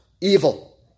Evil